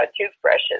toothbrushes